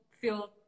feel